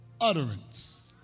utterance